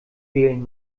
wählen